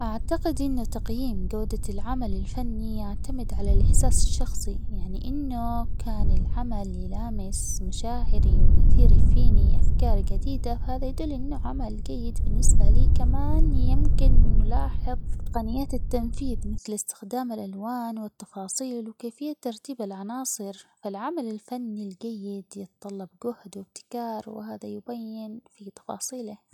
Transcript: أعتقد إنو تقييم جودة العمل الفني يعتمد على الإحساس الشخصي يعني إنو كان العمل يلامس مشاعري ويثير فيني أفكار جديدة فهذا يدل إنو عمل جيد بالنسبة لي كمان يمكن أن نلاحظ تقنية التنفيذ مثل استخدام الألوان والتفاصيل وكيفية ترتيب العناصر فالعمل الفني الجيد يتطلب جهد وابتكار وهذا يبين في تفاصيله.